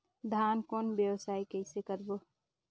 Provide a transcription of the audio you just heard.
धान कौन व्यवसाय कइसे करबो?